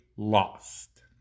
lost